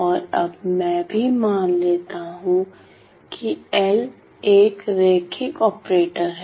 और अब मैं भी मान लेता हूं कि L एक रैखिक ऑपरेटर है